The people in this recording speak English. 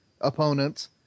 opponents